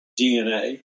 DNA